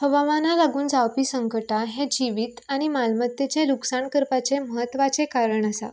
हवामाना लागून जावपी संकटां हें जिवीत आनी मालमत्तेचें लुकसाण करपाचें म्हत्वाचें कारण आसा